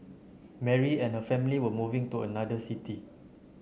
Mary and her family were moving to another city